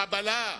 חבלה,